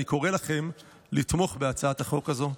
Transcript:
אני קורא לכם לתמוך בהצעת החוק הזאת.